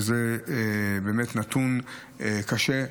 זה באמת נתון קשה,